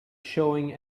showing